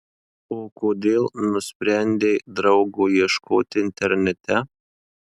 o kodėl nusprendei draugo ieškoti internete